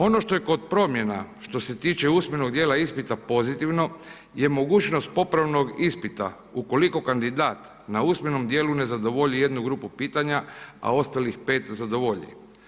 Ono što je kod promjena, što se tiče usmenog djela ispita pozitivno je mogućnost popravnog ispita ukoliko kandidat na usmenom djelu ne zadovolji jednu grupu pitanja a ostalih 5 zadovolji.